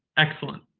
excellent.